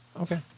Okay